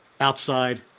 outside